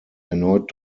erneut